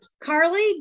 Carly